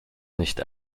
nicht